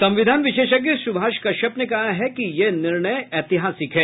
संविधान विशेषज्ञ सुभाष कश्यप ने कहा है कि यह निर्णय ऐतिहासिक है